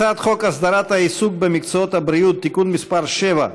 הצעת חוק הסדרת העיסוק במקצועות הבריאות (תיקון מס' 7),